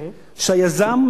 שהיזם,